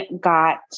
got